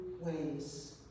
ways